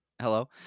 hello